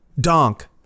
Donk